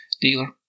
dealer